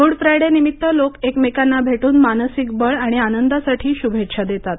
good Friday निमित्त लोक एकमेकांना भेटून मानसिक बळ आणि आनंदासाठी शुभेच्छा देतात